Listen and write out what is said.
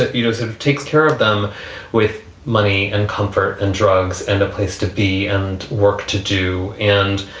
ah you know, some takes care of them with money and comfort and drugs and a place to be and work to do and